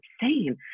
insane